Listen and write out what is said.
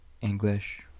English